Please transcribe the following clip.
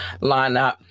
lineup